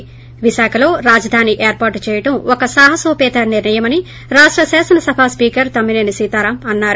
ి విశాఖలో రాజధాని ఏర్పాటు చేయడం ఒక సాహనోపేత నిర్లయమని రాష్ట శాసన సభ స్పీకర్ తమ్మి నేని సీతారాం అన్నారు